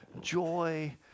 joy